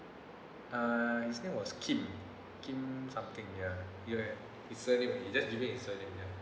ah his name was kim kim something ya his ya his surname is it you need his surname ya